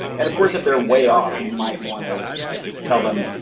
and of course if they're way off you might wanna tell them,